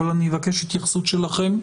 אבל אני אבקש התייחסות שלכם,